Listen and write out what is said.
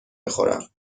بخورم